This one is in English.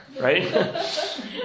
right